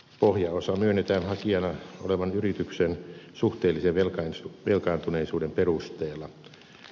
pohjaosa myönnetään hakijana olevan yrityksen suhteellisen velkaantuneisuuden perusteella